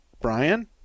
Brian